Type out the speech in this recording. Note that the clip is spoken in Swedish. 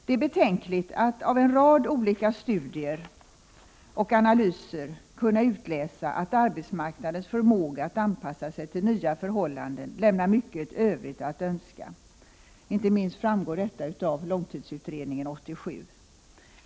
Det är betänkligt att man av en rad olika studier och analyser kan utläsa att arbetsmarknadens förmåga att anpassa sig till nya förhållanden lämnar mycket övrigt att önska. Inte minst framgår detta av Långtidsutredningen 87.